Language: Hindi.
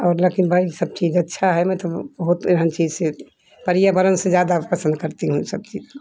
और लेकिन भाई सब चीज़ अच्छी है मैं तो बहुत हँसी से पर्यावरण से ज़्यादा पसंद करती हूँ यह सब चीज़